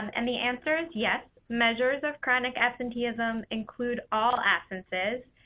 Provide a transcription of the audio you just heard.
and the answer is yes, measures of chronic absenteeism include all absences,